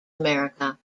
america